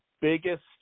biggest